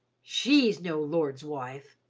she's no lord's wife.